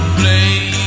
play